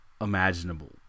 imaginable